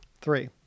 Three